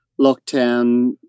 lockdown